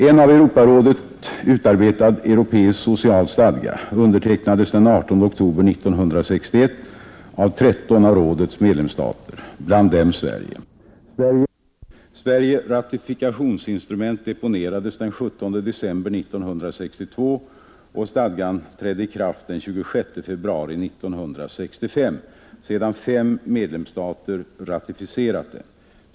En av Europarådet utarbetad europeisk social stadga undertecknades den 18 oktober 1961 av 13 av rådets medlemsstater, bland dem Sverige. Sveriges ratifikationsinstrument deponerades den 17 december 1962 och stadgan trädde i kraft den 26 februari 1965, sedan fem medlemsstater ratificerat den.